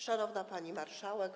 Szanowna Pani Marszałek!